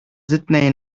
sydney